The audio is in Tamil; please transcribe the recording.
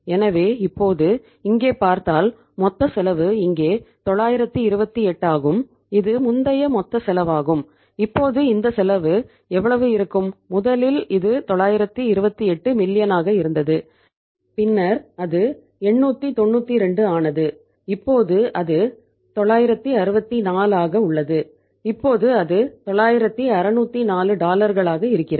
எனவே இப்போது இங்கே பார்த்தால் மொத்த செலவு இங்கே 928 ஆகும் இது முந்தைய மொத்த செலவாகும் இப்போது இந்த செலவு எவ்வளவு இருக்கும் முதலில் இது 928 மில்லியனாக இருக்கிறது